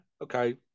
okay